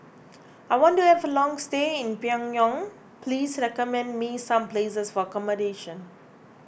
I want to have a long stay in Pyongyang please recommend me some places for accommodation